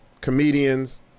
comedians